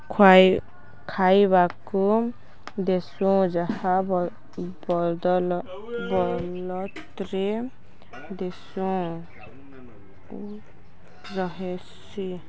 ଖାଇ ଖାଇବାକୁ ଦେଶୁଁ ଯାହା ବଦଲ ବଲଦ୍ରେ ଦେଶୁଁ ଓ ରହେସି